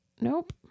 Nope